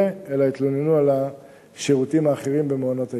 אלא יתלוננו על השירותים האחרים במעונות היום.